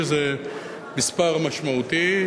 שזה מספר משמעותי,